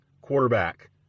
quarterback